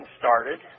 started